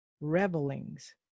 revelings